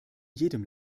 jedem